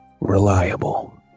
reliable